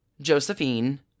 Josephine